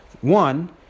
One